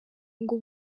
ngo